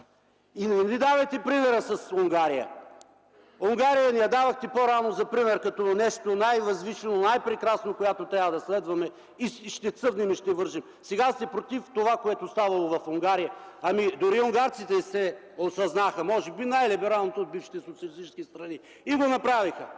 И не ни давайте примера с Унгария! Унгария ни я давахте по-рано за пример като нещо най-възвишено, най-прекрасно, която трябва да следваме, и ще цъфнем, и ще вържем. Сега сте против това, което ставало в Унгария. Дори унгарците се осъзнаха – може би най-либералните от бившите социалистически страни, и го направиха.